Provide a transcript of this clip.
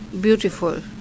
beautiful